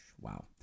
Wow